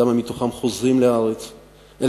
כמה מתוכם חוזרים לחוץ-לארץ,